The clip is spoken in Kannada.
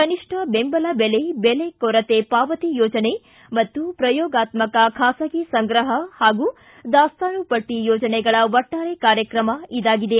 ಕನಿಷ್ಠ ಬೆಂಬಲ ಬೆಲೆ ಬೆಲೆ ಕೊರತೆ ಪಾವತಿ ಯೋಜನೆ ಮತ್ತು ಪ್ರಯೋಗಾತ್ಸಕ ಖಾಸಗಿ ಸಂಗ್ರಹ ಹಾಗೂ ದಾಸ್ತಾನುಪಟ್ಟ ಯೋಜನೆಗಳ ಒಟ್ಟಾರ ಕಾರ್ಯಕ್ರಮ ಇದಾಗಿದೆ